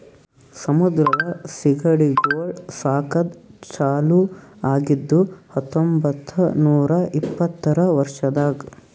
ಸಮುದ್ರದ ಸೀಗಡಿಗೊಳ್ ಸಾಕದ್ ಚಾಲೂ ಆಗಿದ್ದು ಹತೊಂಬತ್ತ ನೂರಾ ಇಪ್ಪತ್ತರ ವರ್ಷದಾಗ್